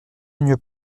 une